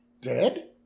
Dead